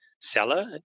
seller